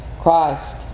Christ